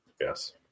Yes